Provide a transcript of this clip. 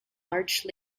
large